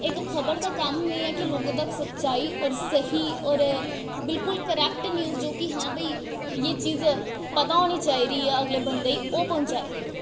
इक खबर दा कम्म एह् ऐ कि लोकें तक्कर सच्चाई होर स्हेई होर बिल्कुल क्रैक्ट न्यूज़ जेह्की हां भाई इ'यै चीज़ पता होनी चिह दी ऐ अगले बंदे गी ओह् पजान